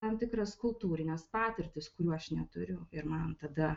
tam tikras kultūrines patirtis kurių aš neturiu ir man tada